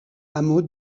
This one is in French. hameaux